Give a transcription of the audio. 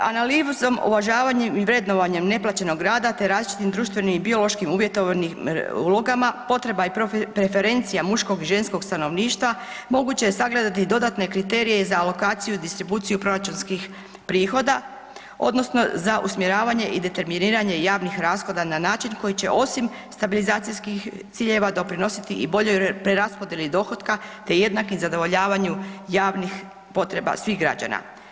Analizom, uvažavanjem i vrednovanjem neplaćenog rada te različitim društvenim i biološkim uvjetovanim ulogama, potreba i preferencija muškog i ženskog stanovništva moguće je sagledati dodatne kriterije za alokaciju i distribuciju proračunskih prihoda odnosno za usmjeravanje i determiniranje javnih rashoda na način koji će osim stabilizacijskih ciljeva doprinositi i boljoj preraspodjeli dohotka te jednakom zadovoljavanju javnih potreba svih građana.